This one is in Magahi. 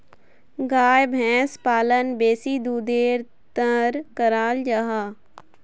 गाय भैंस पालन बेसी दुधेर तंर कराल जाहा